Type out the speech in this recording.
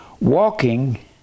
walking